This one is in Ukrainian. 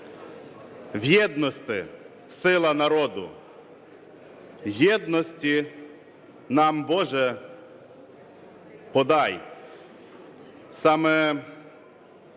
В єдності сила народу, в єдності нам, Боже, подай.